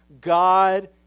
God